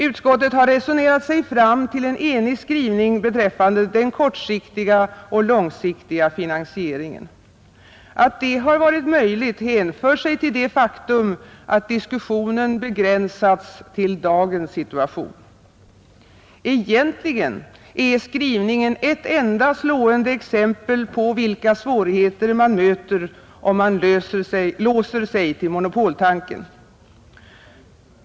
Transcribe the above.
Utskottet har resonerat sig fram till en enig skrivning beträffande den kortsiktiga och långsiktiga finansieringen. Att detta har varit möjligt hänför sig till det faktum att diskussionen har begränsats till dagens situation. Egentligen är skrivningen ett enda slående exempel på vilka svårigheter man möter, om man låser sig vid monopoltanken.